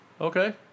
okay